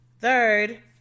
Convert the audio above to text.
Third